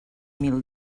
mil